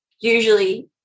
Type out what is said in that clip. usually